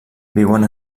viuen